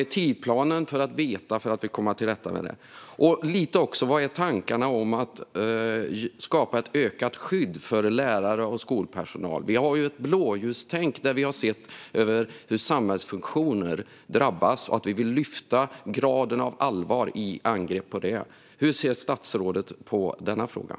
Vad är tidsplanen för att veta och komma till rätta med det? Jag undrar också hur tankarna går när det gäller att skapa ett ökat skydd för lärare och skolpersonal. Vi har ju ett blåljustänk: Vi har sett hur samhällsfunktioner drabbas, och vi vill lyfta fram graden av allvar i de angreppen. Hur ser statsrådet på den frågan?